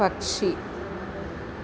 പക്ഷി